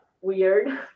weird